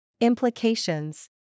Implications